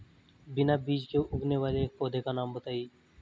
बिना बीज के उगने वाले एक पौधे का नाम बताइए